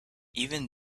even